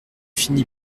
fini